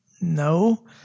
No